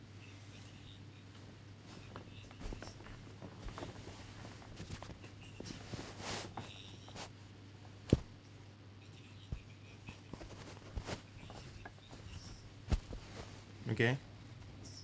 okay